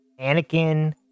Anakin